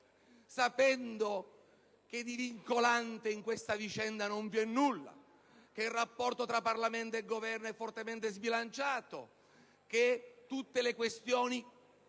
Sapendo che di vincolante in questa vicenda non vi è nulla; che il rapporto fra Parlamento e Governo è fortemente sbilanciato; che tutte le questioni,